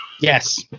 Yes